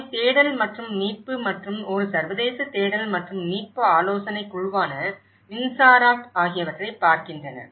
அவை தேடல் மற்றும் மீட்பு மற்றும் ஒரு சர்வதேச தேடல் மற்றும் மீட்பு ஆலோசனைக் குழுவான INSARAG ஆகியவற்றைப் பார்க்கின்றன